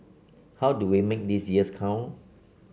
how do we make these years count